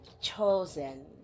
chosen